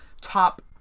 top